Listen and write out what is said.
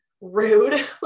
Rude